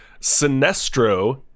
Sinestro